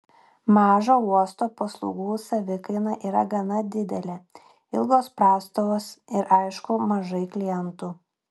mažo uosto paslaugų savikaina yra gana didelė ilgos prastovos ir aišku mažai klientų